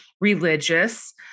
religious